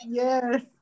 yes